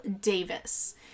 Davis